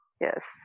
yes